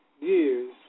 years